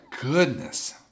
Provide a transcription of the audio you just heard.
goodness